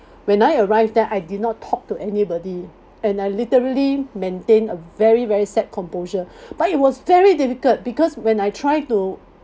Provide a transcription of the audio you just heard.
when I arrived there I did not talk to anybody and I literally maintain a very very sad composure but it was very difficult because when I try to